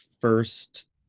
first